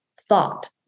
thought